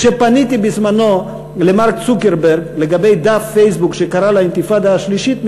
כשפניתי למארק צוקרברג לגבי דף פייסבוק שקרא לאינתיפאדה השלישית,